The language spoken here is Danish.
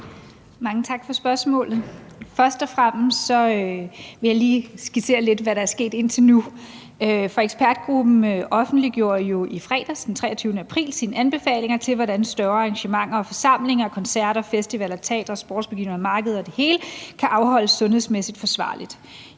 Mange tak for spørgsmålet. Først og fremmest vil jeg lige skitsere, hvad der er sket indtil nu. Ekspertgruppen offentliggjorde jo i fredags, den 23. april, sine anbefalinger til, hvordan større arrangementer og forsamlinger, koncerter, festivaler, teatre, sportsbegivenheder, markeder – det hele – kan afholdes sundhedsmæssigt forsvarligt.